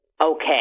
okay